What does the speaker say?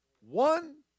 One